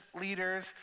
leaders